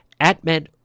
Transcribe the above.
AtMed